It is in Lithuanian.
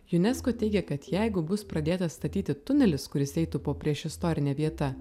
unesco teigia kad jeigu bus pradėtas statyti tunelis kuris eitų po priešistorine vieta